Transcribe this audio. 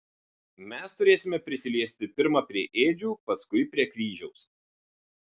mes turėsime prisiliesti pirma prie ėdžių paskui prie kryžiaus